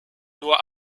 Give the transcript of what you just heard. nur